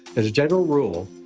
as a general rule,